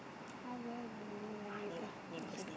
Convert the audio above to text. how well do you know your neighbours okay